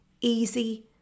easy